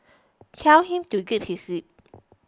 tell him to zip his lip